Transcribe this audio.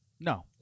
No